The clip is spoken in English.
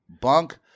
bunk